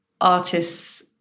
artists